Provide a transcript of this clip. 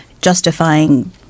justifying